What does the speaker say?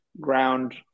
ground